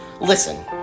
Listen